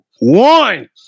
one